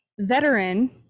veteran